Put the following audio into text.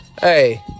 hey